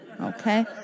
Okay